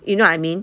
you know I mean